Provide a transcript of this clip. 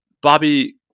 Bobby